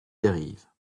dérive